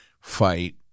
fight